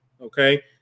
okay